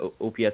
OPS